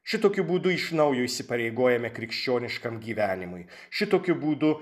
šitokiu būdu iš naujo įsipareigojame krikščioniškam gyvenimui šitokiu būdu